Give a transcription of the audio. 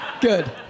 Good